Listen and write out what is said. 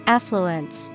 Affluence